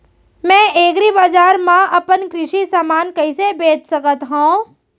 मैं एग्रीबजार मा अपन कृषि समान कइसे बेच सकत हव?